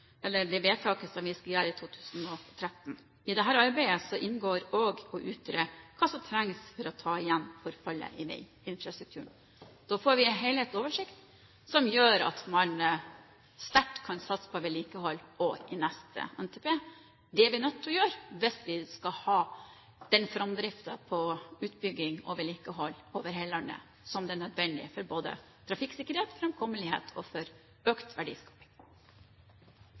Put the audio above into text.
eller det vedtaket som vi skal gjøre i 2013. I dette arbeidet inngår også å utrede hva som trengs for å ta igjen forfallet i veiinfrastrukturen. Da får vi en helhetlig oversikt som gjør at man sterkt kan satse på vedlikehold også i neste NTP. Det er vi nødt til å gjøre hvis vi skal ha den framdriften på utbygging og vedlikehold over hele landet som er nødvendig både for trafikksikkerhet, framkommelighet og for økt verdiskaping.